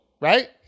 right